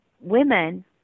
women